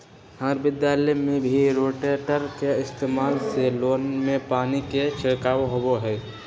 हम्मर विद्यालय में भी रोटेटर के इस्तेमाल से लोन में पानी के छिड़काव होबा हई